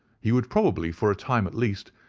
he would, probably, for a time at least,